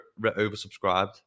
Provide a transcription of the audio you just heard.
oversubscribed